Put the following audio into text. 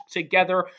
together